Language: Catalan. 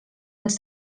els